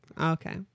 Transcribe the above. Okay